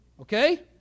Okay